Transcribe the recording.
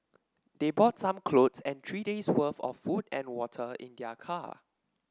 they brought some clothes and three day's worth of food and water in their car